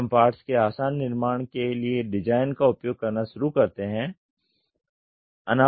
जब हम पार्ट के आसान निर्माण के लिए डिजाइन का उपयोग करना शुरू करते हैं